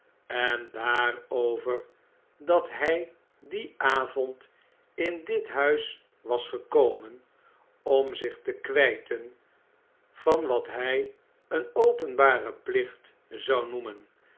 en daarover dat hy dien avond in dit huis was gekomen om zich te kwijten van wat h j een openbaren plicht zou noemen